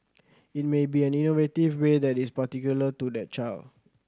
it may be an innovative way that is particular to that child